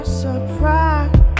surprise